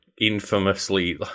infamously